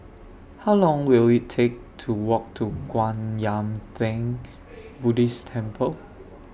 How Long Will IT Take to Walk to Kwan Yam Theng Buddhist Temple